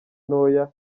ntoya